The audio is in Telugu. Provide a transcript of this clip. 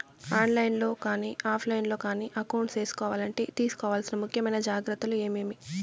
ఆన్ లైను లో కానీ ఆఫ్ లైను లో కానీ అకౌంట్ సేసుకోవాలంటే తీసుకోవాల్సిన ముఖ్యమైన జాగ్రత్తలు ఏమేమి?